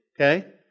Okay